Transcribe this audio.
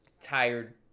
tired